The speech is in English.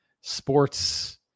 sports